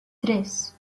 tres